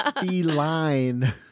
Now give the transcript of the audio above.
Feline